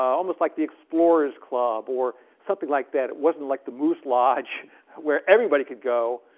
almost like the explorers club or something like that. it wasn't like the moose lodge where everybody could go.